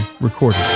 recorded